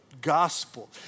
gospel